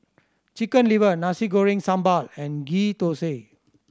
Chicken Liver Nasi Goreng Sambal and Ghee Thosai